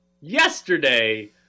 yesterday